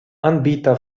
anbieter